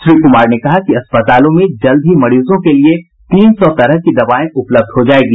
श्री कुमार ने कहा कि अस्पतालों में जल्द ही मरीजों के लिए तीन सौ तरह की दवाएं उपलब्ध हो जायेगी